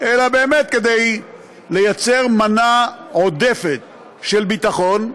אלא באמת כדי לייצר מנה עודפת של ביטחון,